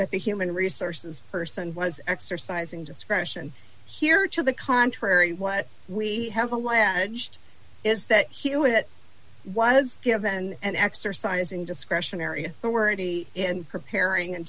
that the human resources person was exercising discretion here to the contrary what we have a lad is that hewitt was given and exercising discretionary authority in preparing and